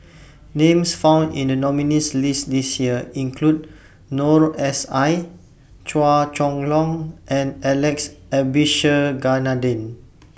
Names found in The nominees' list This Year include Noor S I Chua Chong Long and Alex Abisheganaden